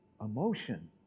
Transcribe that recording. emotion